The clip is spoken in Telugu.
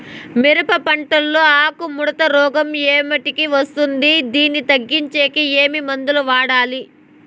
మిరప పంట లో ఆకు ముడత రోగం ఏమిటికి వస్తుంది, దీన్ని తగ్గించేకి ఏమి మందులు వాడాలి?